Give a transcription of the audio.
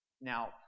Now